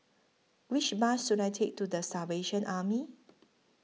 Which Bus should I Take to The Salvation Army